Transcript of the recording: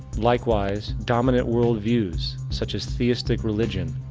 likewise, dominant world views, such as theistic religion,